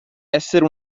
essere